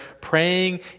praying